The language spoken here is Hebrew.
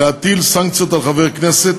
להטיל סנקציות על חבר הכנסת,